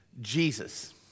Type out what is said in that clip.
Jesus